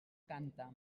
canta